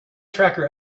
tracker